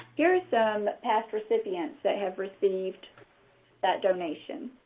here are some past recipients that have received that donation.